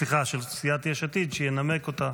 סיעת יש עתיד, שינמק אותה